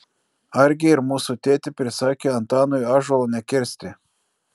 argi ir mūsų tėtė prisakė antanui ąžuolo nekirsti